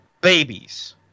Babies